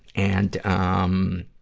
and, um,